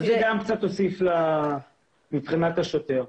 זה גם כן הוסיף מבחינת השוטר.